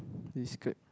discuss